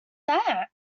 that